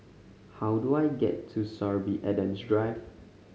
how do I get to Sorby Adams Drive